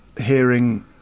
hearing